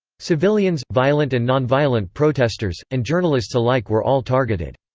civilians, violent and non-violent protesters, and journalists alike were all targeted.